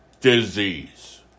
disease